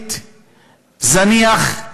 פרקליט זניח,